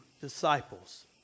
disciples